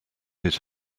his